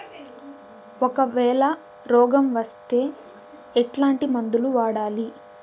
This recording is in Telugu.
ఒకవేల రోగం వస్తే ఎట్లాంటి మందులు వాడాలి?